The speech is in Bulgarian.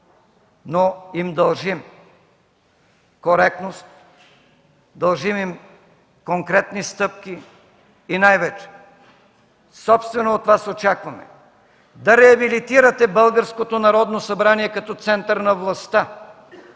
но им дължим коректност, дължим им конкретни стъпки и най-вече собствено от Вас очакваме да реабилитирате българското Народно събрание като център на властта